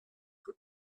soit